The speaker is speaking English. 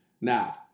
Now